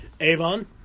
Avon